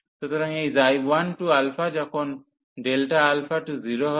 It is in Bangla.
সুতরাং এই 1→α যখন Δα → 0 হবে